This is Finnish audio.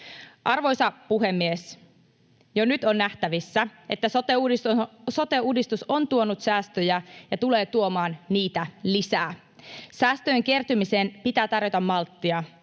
Arvoisa puhemies! Jo nyt on nähtävissä, että sote-uudistus on tuonut säästöjä ja tulee tuomaan niitä lisää. Säästöjen kertymiseen pitää tarjota malttia,